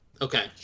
Okay